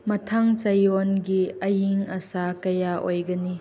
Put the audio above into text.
ꯃꯊꯪ ꯆꯌꯣꯜꯒꯤ ꯑꯏꯪ ꯑꯁꯥ ꯀꯌꯥ ꯑꯣꯏꯒꯅꯤ